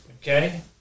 Okay